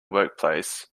workplace